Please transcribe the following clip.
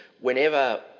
whenever